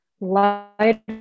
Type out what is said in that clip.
light